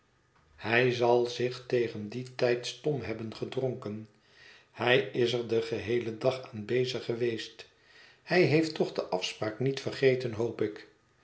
hij zal zich tegen nog eens over dat pakje brieven dien tijd stom hebben gedronken hij is er den geheelen dag aan bezig geweest hij heeft toch de afspraak niet vergeten hoop ik